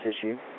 issue